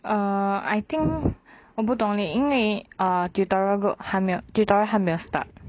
uh I think 我不懂嘞因为 ah tutorial 不还没有 tutorial 还没有 start